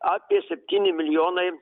apie septyni milijonai